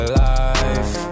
life